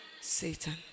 Satan